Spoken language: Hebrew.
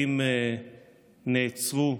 אם נעצרו,